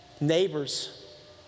neighbors